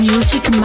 Music